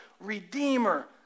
Redeemer